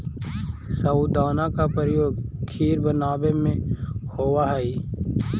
साबूदाना का प्रयोग खीर बनावे में होवा हई